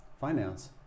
finance